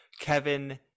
Kevin